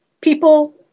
People